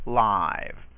live